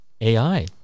AI